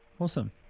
Awesome